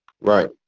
Right